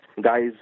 Guys